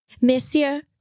Monsieur